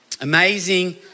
Amazing